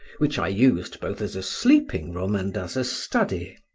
which i used both as a sleeping-room and as a study.